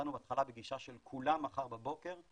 יצאנו בהתחלה בגישה של כולם מחר בבוקר,